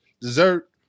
dessert